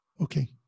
Okay